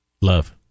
Love